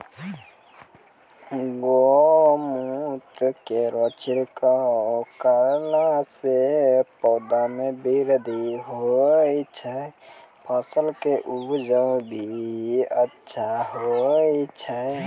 गौमूत्र केरो छिड़काव करला से पौधा मे बृद्धि होय छै फसल के उपजे भी अच्छा होय छै?